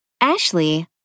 Ashley